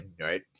right